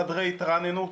חדרי התרעננות.